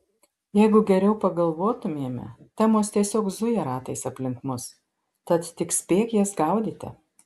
jeigu geriau pagalvotumėme temos tiesiog zuja ratais aplink mus tad tik spėk jas gaudyti